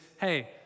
hey